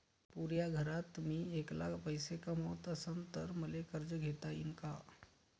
पुऱ्या घरात मी ऐकला पैसे कमवत असन तर मले कर्ज घेता येईन का?